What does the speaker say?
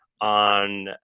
on